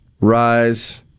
rise